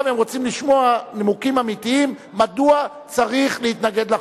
עכשיו הם רוצים לשמוע נימוקים אמיתיים מדוע צריך להתנגד לחוק.